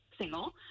single